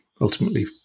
ultimately